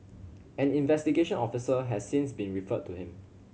an investigation officer has since been referred to him